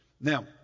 Now